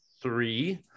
three